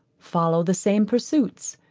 follow the same pursuits,